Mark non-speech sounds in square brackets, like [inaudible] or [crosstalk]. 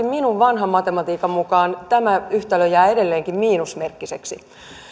[unintelligible] minun vanhan matematiikkani mukaan tämä yhtälö jää edelleenkin miinusmerkkiseksi